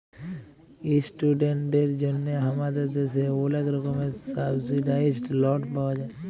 ইশটুডেন্টদের জন্হে হামাদের দ্যাশে ওলেক রকমের সাবসিডাইসদ লন পাওয়া যায়